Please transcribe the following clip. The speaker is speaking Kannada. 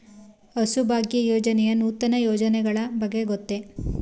ಹಸುಭಾಗ್ಯ ಯೋಜನೆಯ ನೂತನ ಯೋಜನೆಗಳ ಬಗ್ಗೆ ಗೊತ್ತೇ?